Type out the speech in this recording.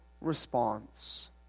response